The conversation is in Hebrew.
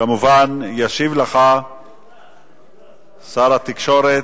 כמובן, ישיב לך שר התקשורת.